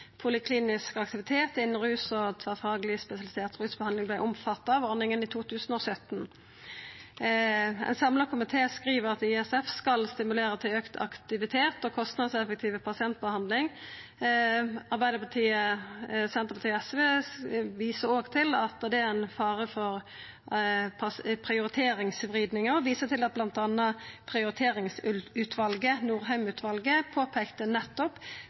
Poliklinisk aktivitet innan rus og tverrfagleg spesialisert rusbehandling vart omfatta av ordninga i 2017. Ein samla komité skriv at ISF skal stimulera til auka aktivitet og kostnadseffektiv pasientbehandling. Arbeidarpartiet, Senterpartiet og SV viser òg til at det er ein fare for prioriteringsvriding, og viser bl.a. til at prioriteringsutvalet, Norheim-utvalet, påpeikte nettopp